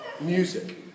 music